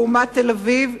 לעומת תל-אביב,